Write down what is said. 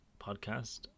podcast